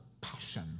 passion